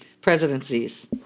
presidencies